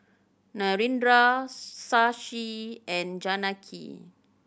Narendra Shashi and Janaki